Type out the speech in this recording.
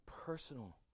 personal